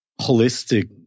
holistic